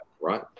right